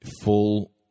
full